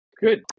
good